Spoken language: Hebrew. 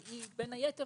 היא בין היתר